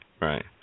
right